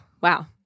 wow